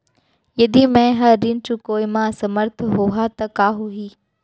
यदि मैं ह ऋण चुकोय म असमर्थ होहा त का होही?